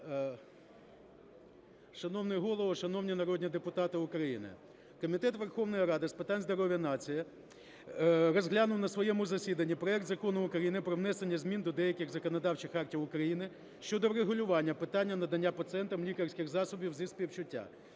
Шановний Голово, шановні народні депутати України! Комітет Верховної Ради з питань здоров'я нації розглянув на своєму засіданні проект Закону України про внесення змін до деяких законодавчих актів України щодо врегулювання питання надання пацієнтам лікарських засобів зі співчуття